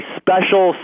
special